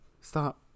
Stop